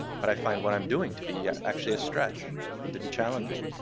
but i find what i'm doing to be actually a stretch and to be challenging.